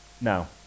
Now